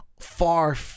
far